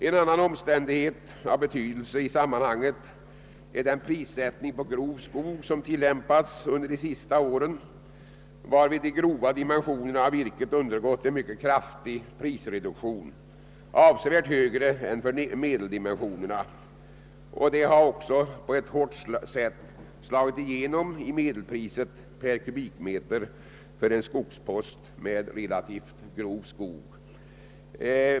En annan omständighet av betydelse i sammanhanget är den prissättning på grov skog som tillämpats under de senaste åren, varvid de grova dimensionerna av virket undergått en mycket kraftig prisreduktion — avsevärt högre än för medeldimensionerna — vilket hårt slagit igenom i medelpriset per kubikmeter för en skogspost med relativt grov skog.